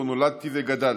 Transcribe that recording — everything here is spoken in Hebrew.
שבו נולדתי וגדלתי,